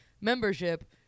membership